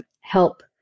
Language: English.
help